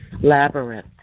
labyrinth